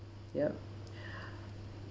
yup